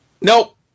Nope